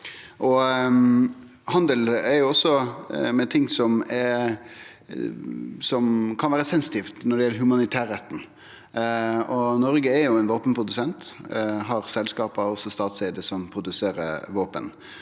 Handel gjeld også med ting som kan vere sensitive når det gjeld humanitærretten. Noreg er ein våpenprodusent og har selskap – også statseigde – som produserer våpen.